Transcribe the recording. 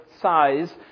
size